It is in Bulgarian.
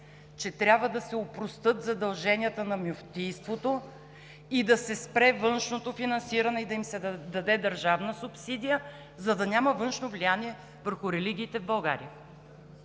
че трябва да се опростят задълженията на мюфтийството, да се спре външното финансиране и да им се даде държавна субсидия, за да няма външно влияние върху религиите в България.